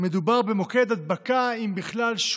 מדובר במוקד הדבקה שולי, אם בכלל,